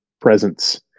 presence